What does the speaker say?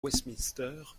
westminster